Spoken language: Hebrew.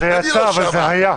זה יצא אבל זה היה.